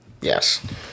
yes